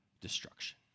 destruction